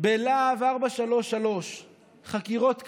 בלה"ב 433 חקירות קשות.